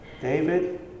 David